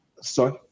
sorry